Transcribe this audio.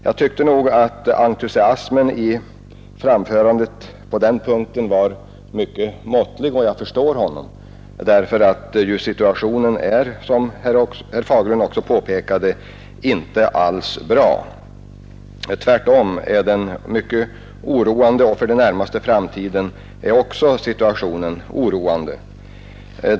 Jag tyckte nog att entusiasmen i framförandet på den punkten var mycket måttlig, och jag förstår honom. Situationen är ju, som herr Fagerlund också påpekade, inte alls bra. Tvärtom är den mycket oroande, och det gäller också den närmaste framtiden.